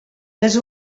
les